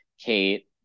Kate